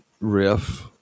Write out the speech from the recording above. riff